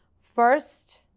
first